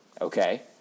okay